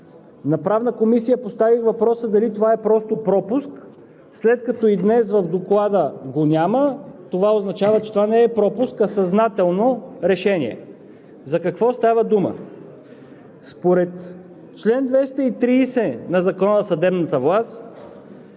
На Правната комисия поставих въпроса дали това е просто пропуск. След като и днес в Доклада го няма, означава, че това не е пропуск, а съзнателно решение. За какво става дума? Според чл. 230 на Закона за съдебната власт,